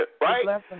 Right